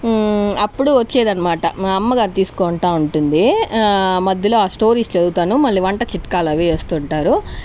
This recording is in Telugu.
అప్పుడు వచ్చేది అనమాట మా అమ్మగారు తీసుకుంటా ఉంటుంది మధ్యలో ఆ స్టోరీస్ చదువుతాను మళ్ళీ వంట చిట్కాలు అవి వేస్తుంటారు